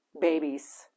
babies